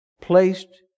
placed